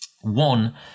One